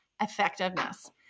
Effectiveness